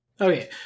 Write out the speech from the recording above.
Okay